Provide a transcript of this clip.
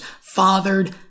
fathered